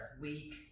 Weak